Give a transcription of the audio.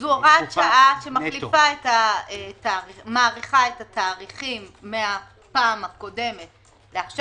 זו הוראת שעה שמאריכה את התאריכים מהפעם הקודמת לעכשיו.